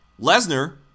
Lesnar